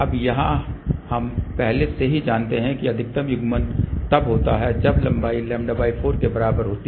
अब यहां हम पहले से ही जानते हैं कि अधिकतम युग्मन तब होता है जब लंबाई λ4 के बराबर होती है